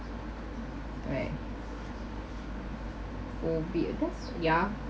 right phobia that's ya